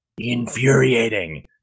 infuriating